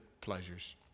pleasures